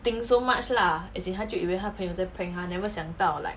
think so much lah as in 他就以为他的朋友在 prank never 没有想到 like